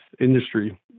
industry